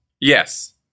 Yes